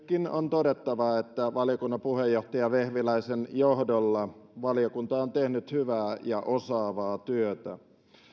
on todettava että valiokunnan puheenjohtaja vehviläisen johdolla valiokunta on tehnyt hyvää ja osaavaa työtä